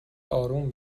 اروم